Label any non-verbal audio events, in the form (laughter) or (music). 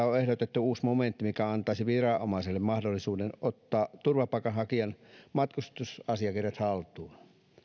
(unintelligible) on ehdotettu uusi momentti mikä antaisi viranomaisille mahdollisuuden ottaa turvapaikanhakijan matkustusasiakirjat haltuun